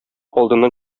алдыннан